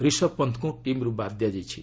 ରିଷବ୍ ପନ୍ଚଙ୍କୁ ଟିମ୍ରୁ ବାଦ୍ ଦିଆଯାଇଛି